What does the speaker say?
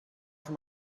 from